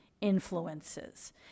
influences